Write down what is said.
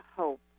hope